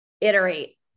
iterate